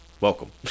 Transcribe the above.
welcome